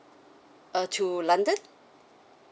uh to london